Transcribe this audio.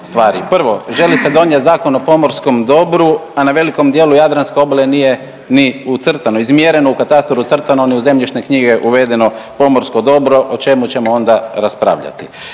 Prvo, želi se donijeti Zakon o pomorskom dobru, a na velikom dijelu jadranske obale nije ni ucrtano, izmjereno, katastar ucrtane ni u zemljišne knjige uvedeno pomorsko dobro. O čemu ćemo onda raspravljati?